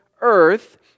earth